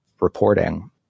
reporting